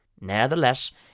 Nevertheless